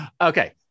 Okay